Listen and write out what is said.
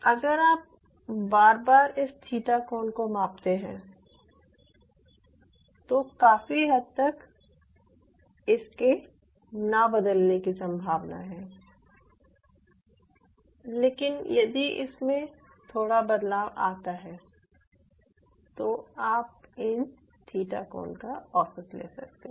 अगर आप बार बार इस थीटा कोण को मापते हैं तो काफी हद तक इसके ना बदलने की संभावना है लेकिन यदि इसमें थोड़ा बदलाव आता है तो आप इन थीटा कोण का औसत ले सकते हैं